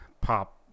pop